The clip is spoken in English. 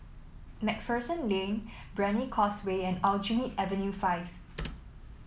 MacPherson Lane Brani Causeway and Aljunied Avenue Five